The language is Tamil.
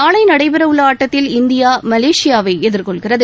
நாளை நடைபெற உள்ள மகளிர் ஆட்டத்தில் இந்தியா மலேசியாவை எதிர்கொள்கிறது